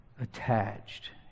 attached